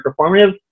performative